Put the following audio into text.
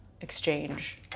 exchange